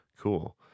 cool